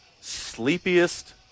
sleepiest